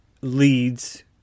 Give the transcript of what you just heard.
leads